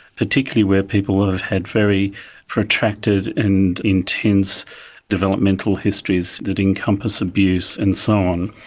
particularly where people have had very protracted and intense developmental histories that encompass abuse and so on.